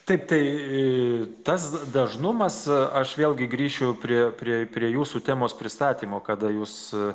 taip tai tas dažnumas aš vėlgi grįšiu prie prie prie jūsų temos pristatymo kada jūs